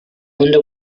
wonder